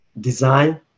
design